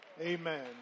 Amen